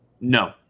No